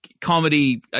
comedy